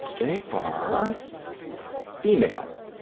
they are female,